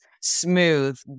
smooth